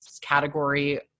category